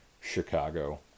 chicago